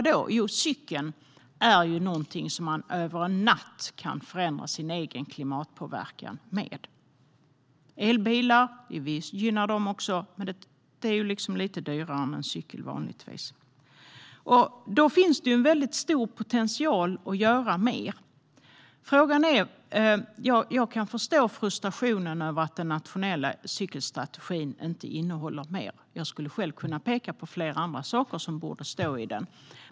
Jo, med cykeln kan man över en natt förändra sin egen klimatpåverkan. Vi gynnar även elbilar, men en sådan är vanligtvis lite dyrare än en cykel. Det finns en stor potential att arbeta med. Jag kan förstå frustrationen över att den nationella cykelstrategin inte innehåller mer. Jag kan själv peka på flera andra saker som borde finnas med i den.